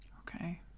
Okay